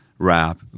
Rap